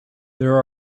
there